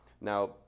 Now